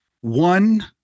one